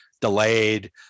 delayed